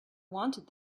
wanted